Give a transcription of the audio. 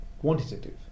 quantitative